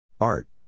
Art